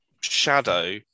shadow